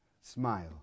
smile